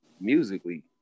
musically